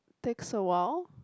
takes awhile